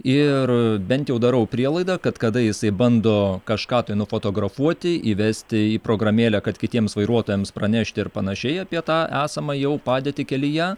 ir bent jau darau prielaidą kad kada jisai bando kažką tai nufotografuoti įvesti į programėlę kad kitiems vairuotojams pranešti ir panašiai apie tą esamą jau padėtį kelyje